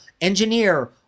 engineer